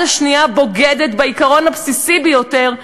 והיד השנייה בוגדת בעיקרון הבסיסי ביותר,